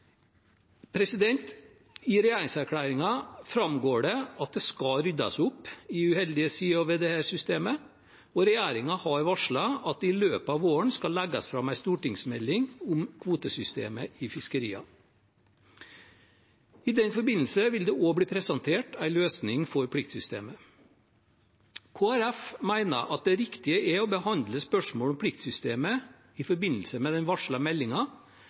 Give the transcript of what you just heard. I regjeringserklæringen framgår det at det skal ryddes opp i uheldige sider ved dette systemet, og regjeringen har varslet at det i løpet av våren skal legges fram en stortingsmelding om kvotesystemet i fiskeriene. I den forbindelse vil det også bli presentert en løsning for pliktsystemet. Kristelig Folkeparti mener at det riktige er å behandle spørsmål om pliktsystemet i forbindelse med den